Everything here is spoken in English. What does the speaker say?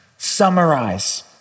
Summarize